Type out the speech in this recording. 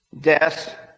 death